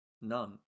none